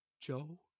Joe